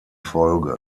folge